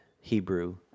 Hebrew